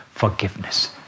forgiveness